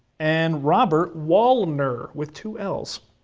and robert wallner, with two l's.